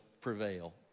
prevail